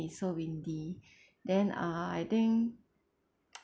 it's so windy then uh I think